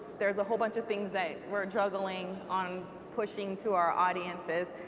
there's a whole bunch of things that we're juggling on pushing to our audiences,